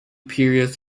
periods